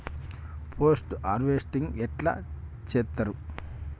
Post harvesting ఎట్ల చేత్తరు?